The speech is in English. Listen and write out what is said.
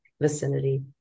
vicinity